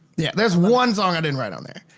yeah. there's one one song i didn't write on there.